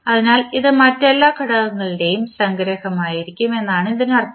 അതിനാൽ ഇത് മറ്റെല്ലാ ഘടകങ്ങളുടെയും സംഗ്രഹമായിരിക്കും എന്നാണ് ഇതിനർത്ഥം